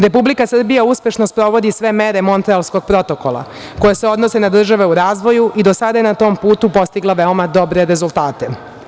Republika Srbija uspešno sprovodi sve mere Montrealskog protokola koje se odnose na države u razvoju i do sada je na tom putu postigla veoma dobre rezultate.